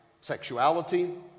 sexuality